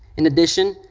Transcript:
in addition,